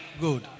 Good